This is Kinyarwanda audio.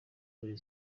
muri